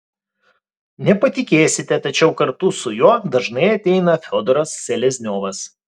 nepatikėsite tačiau kartu su juo dažnai ateina fiodoras selezniovas